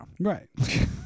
right